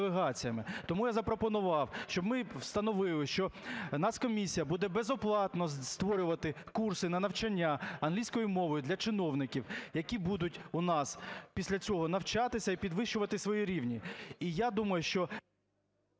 Тому я запропонував, щоб ми встановили, що Нацкомісія буде безоплатно створювати курси на навчання англійської мови для чиновників, які будуть у нас після цього навчатися і підвищувати свій рівень.